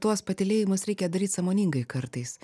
tuos patylėjimus reikia daryt sąmoningai kartais